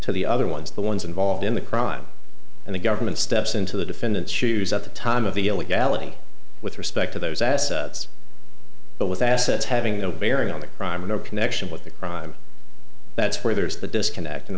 to the other ones the ones involved in the crime and the government steps into the defendant's shoes at the time of the illegality with respect to those assets but with assets having no bearing on the crime no connection with the crime that's where there is the disconnect in